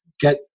get